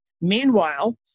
Meanwhile